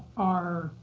are